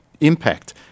impact